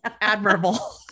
Admirable